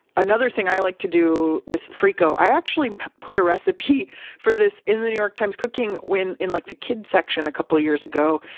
another thing i like to do with frico, i actually put a recipe for this in the new york times cooking in like the kids section a couple of years ago,